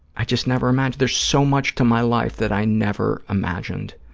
i just never imagined. there's so much to my life that i never imagined